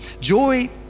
joy